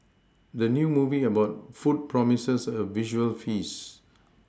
the new movie about food promises a visual feast